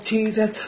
Jesus